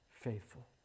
Faithful